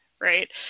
right